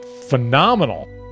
phenomenal